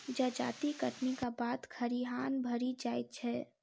जजाति कटनीक बाद खरिहान भरि जाइत छै